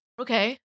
Okay